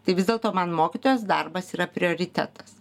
tai vis dėlto man mokytojos darbas yra prioritetas